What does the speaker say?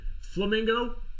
Flamingo